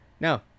No